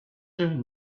and